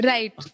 Right